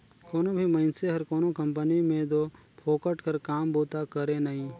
कोनो भी मइनसे हर कोनो कंपनी में दो फोकट कर काम बूता करे नई